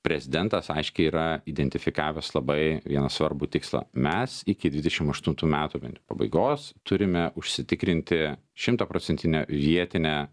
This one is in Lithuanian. prezidentas aiškiai yra identifikavęs labai vieną svarbų tikslą mes iki dvidešimt aštuntų metų bent jau pabaigos turime užsitikrinti šimtaprocentinę vietinę